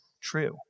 true